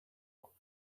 rock